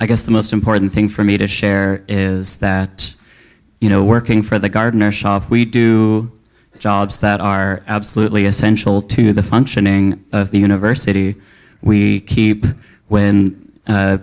i guess the most important thing for me to share is that you know working for the gardener shop we do jobs that are absolutely essential to the functioning of the university we keep when